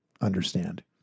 Understand